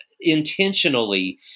intentionally